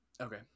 okay